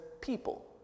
people